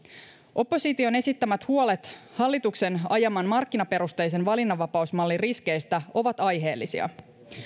opposition esittämät huolet hallituksen ajaman markkinaperusteisen valinnanvapausmallin riskeistä ovat aiheellisia